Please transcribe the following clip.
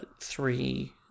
three